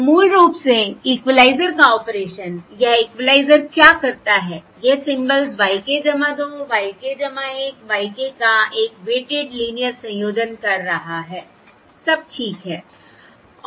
तो मूल रूप से इक्वलाइज़रका ऑपरेशन यह इक्वलाइज़र क्या करता है यह symbols y k 2 y k 1 y k का एक वेटिड लीनियर संयोजन कर रहा है सब ठीक है